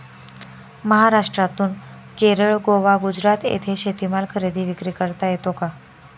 महाराष्ट्रातून केरळ, गोवा, गुजरात येथे शेतीमाल खरेदी विक्री करता येतो का?